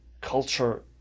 culture